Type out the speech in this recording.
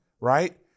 right